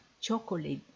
chocolate